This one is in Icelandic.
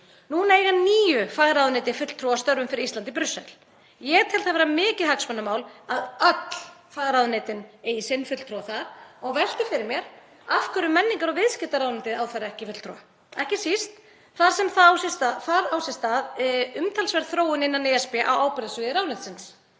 Núna eiga níu fagráðuneyti fulltrúa að störfum fyrir Ísland í Brussel. Ég tel það vera mikið hagsmunamál að öll fagráðuneytin eigi sinn fulltrúa þar og velti fyrir mér af hverju menningar- og viðskiptaráðuneytið á þar ekki fulltrúa, ekki síst þar sem það á sér stað umtalsverð þróun innan ESB á ábyrgðarsviði ráðuneytisins.